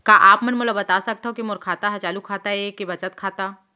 का आप मन मोला बता सकथव के मोर खाता ह चालू खाता ये के बचत खाता?